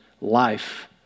life